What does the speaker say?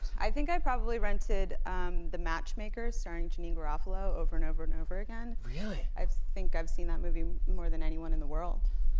i think i probably rented the matchmaker, starring janeane garofalo, over and over and over again. really? i think i've see that movie more than anyone in the world.